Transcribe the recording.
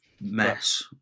mess